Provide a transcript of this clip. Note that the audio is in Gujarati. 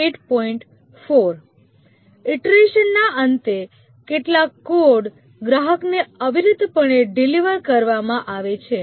ઇટરેશનના અંતે કેટલાક કોડ ગ્રાહકને અવિરતપણે ડિલિવર કરવામાં આવે છે